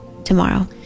tomorrow